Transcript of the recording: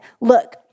look